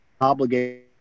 obligation